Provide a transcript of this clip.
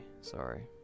sorry